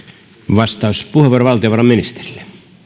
vastauspuheenvuoro valtiovarainministerille